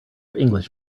english